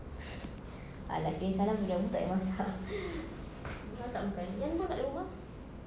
!alah! kirim salam sudah ibu tak payah masak sumpah tak makan yan pun tak ada rumah